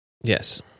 Yes